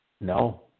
no